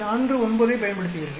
49 ஐப் பயன்படுத்துவீர்கள்